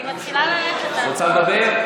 רוצה לדבר?